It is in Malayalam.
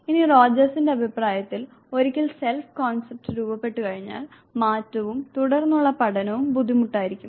ഇനി റോജേഴ്സിന്റെ അഭിപ്രായത്തിൽ ഒരിക്കൽ സെൽഫ് കോൺസെപ്റ്റ് രൂപപ്പെട്ടുകഴിഞ്ഞാൽ മാറ്റവും തുടർന്നുള്ള പഠനവും ബുദ്ധിമുട്ടായിത്തീരുന്നു